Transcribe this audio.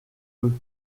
eux